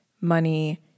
money